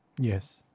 Yes